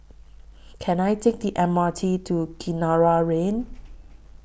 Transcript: Can I Take The M R T to Kinara Lane